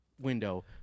window